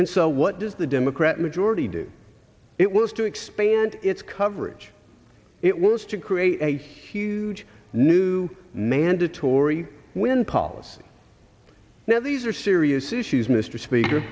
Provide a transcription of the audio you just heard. and so what does the democrat majority do it was to expand its coverage it was to create a huge new mandatory when policy now these are serious issues mr speaker